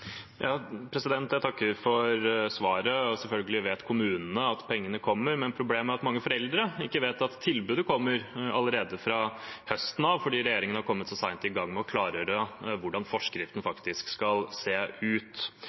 Jeg takker for svaret. Selvfølgelig vet kommunene at pengene kommer, men problemet er at mange foreldre ikke vet at tilbudet kommer allerede fra høsten av, fordi regjeringen har kommet så sent i gang med å klargjøre hvordan forskriften skal se ut.